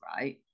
right